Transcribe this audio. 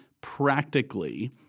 practically